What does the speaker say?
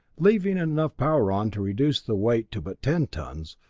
leaving enough power on to reduce the weight to but ten tons,